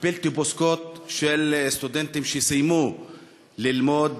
הבלתי-פוסקות של סטודנטים שסיימו ללמוד,